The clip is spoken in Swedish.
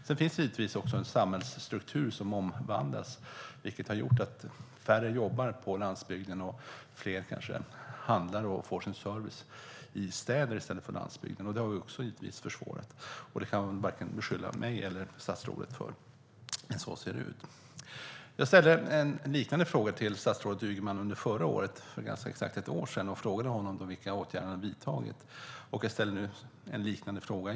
Sedan finns det givetvis en samhällsstruktur som omvandlas, vilket har gjort att färre jobbar på landsbygden och att fler kanske handlar och får sin service i städer i stället för på landsbygden. Det har givetvis försvårat detta. Det kan man inte beskylla vare sig mig eller statsrådet för, men så ser det ut. Jag ställde en fråga till statsrådet Ygeman för ganska exakt ett år sedan. Jag frågade honom vilka åtgärder han hade vidtagit. Jag ställer nu en liknande fråga.